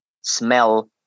smell